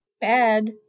Bad